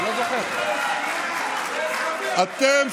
אתם,